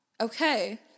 Okay